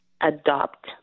Adopt